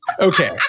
Okay